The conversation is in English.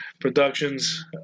Productions